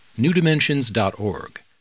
newdimensions.org